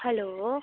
hello